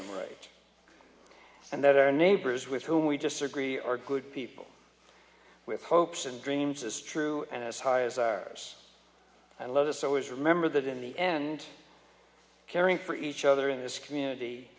am right and that our neighbors with whom we disagree are good people with hopes and dreams is true and as high as ours and let us always remember that in the end caring for each other in this community